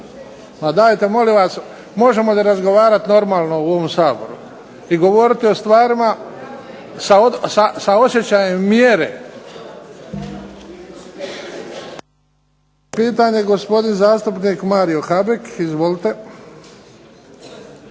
Ma dajte molim vas, možemo li razgovarati normalno u ovom Saboru i govoriti o stvarima sa osjećajem mjere. Postavit će pitanje gospodin zastupnik Mario Habek. Izvolite.